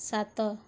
ସାତ